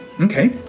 Okay